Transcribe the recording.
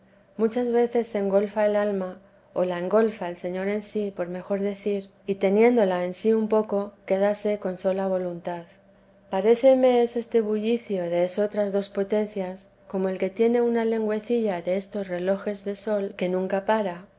muchas veces se engolfa el alma o la engolfa el señor en sí por mejor decir y teniéndola en sí un poco quédase con sola voluntad paréceme es este bullicio de esotras dos potencias como el que tiene una lengüecilla de estos relojes de sol que nunca para